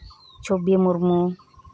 ᱪᱷᱚᱵᱤ ᱢᱩᱨᱢᱩ